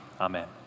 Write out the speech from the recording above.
amen